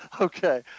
Okay